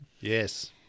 yes